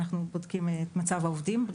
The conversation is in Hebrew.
אנחנו בודקים את מצב העובדים.